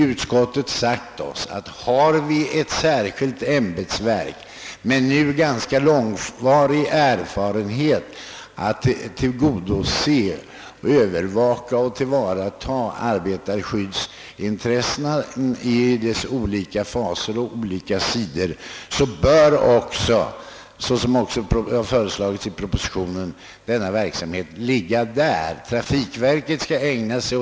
Utskottet har hävdat att när det finns ett särskilt ämbetsverk med hittills ganska långvarig erfarenhet för att tillgodose, övervaka och tillvarata arbetarskyddsintresset i dess olika faser, bör också — såsom föreslagits i propositionen — denna verksamhet ligga hos detta verk.